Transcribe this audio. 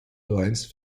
laurence